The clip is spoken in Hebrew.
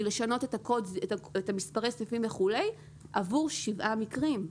לשנות את מספרי הסניפים וכולי עבור שבעה מקרים?